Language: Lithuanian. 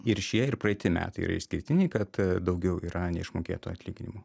ir šie ir praeiti metai yra išskirtiniai kad daugiau yra neišmokėtų atlyginimų